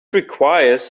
requires